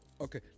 okay